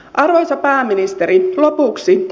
arvoisa pääministeri lopuksi